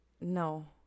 no